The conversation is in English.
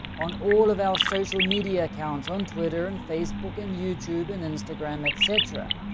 on all of our social media accounts. on twitter and facebook and youtube and instagram etc.